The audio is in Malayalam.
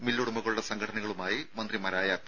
മില്ലുടമകളുടെ സംഘടനകളുമായി മന്ത്രിമാരായ പി